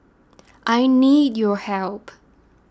I need your help